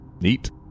Neat